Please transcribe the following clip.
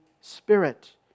Spirit